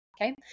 Okay